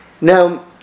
Now